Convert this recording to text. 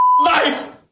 life